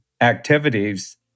activities